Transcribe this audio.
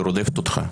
היא רודפת אותך.